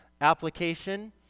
application